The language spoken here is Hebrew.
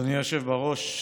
אדוני היושב-ראש,